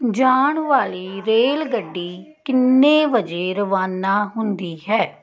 ਜਾਣ ਵਾਲੀ ਰੇਲਗੱਡੀ ਕਿੰਨੇ ਵਜੇ ਰਵਾਨਾ ਹੁੰਦੀ ਹੈ